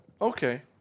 Okay